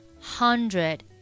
hundred